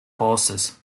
horses